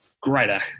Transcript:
Greater